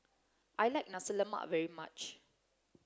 I like nasi lemak very much